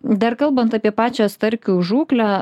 dar kalbant apie pačią starkių žūklę